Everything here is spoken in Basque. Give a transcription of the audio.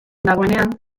dagoenean